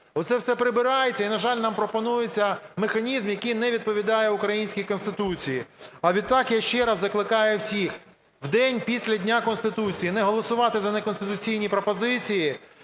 Оце все прибирається і, на жаль, нам пропонується механізм, який не відповідає українській Конституції. А відтак, я ще раз закликаю всіх в день після Дня Конституції не голосувати за неконституційні пропозиції.